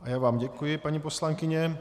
Já vám děkuji, paní poslankyně.